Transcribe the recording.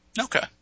Okay